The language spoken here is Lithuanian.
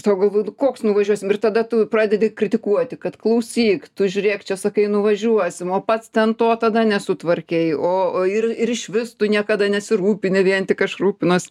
sau galvoji nu koks nuvažiuosim ir tada tu pradedi kritikuoti kad klausyk tu žiūrėk čia sakai nuvažiuosim o pats ten to tada nesutvarkei o ir ir išvis tu niekada nesirūpini vien tik aš rūpinuos